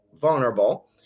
vulnerable